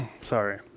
Sorry